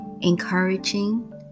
encouraging